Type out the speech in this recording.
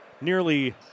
nearly